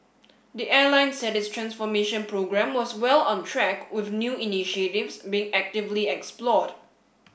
the airline said its transformation programme was well on track with new initiatives being actively explored